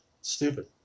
stupid